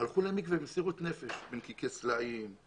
הלכו למקווה בנקיקי סלעים במסירות נפש.